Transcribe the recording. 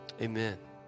Amen